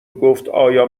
گفتآیا